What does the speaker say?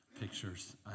pictures